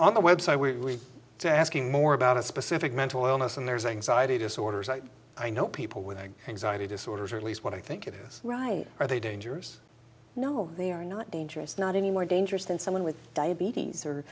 on the website we are asking more about a specific mental illness and there's anxiety disorders that i know people with a anxiety disorders or at least what i think it is right are they dangerous no they are not dangerous not any more dangerous than someone with diabetes or